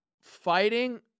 fighting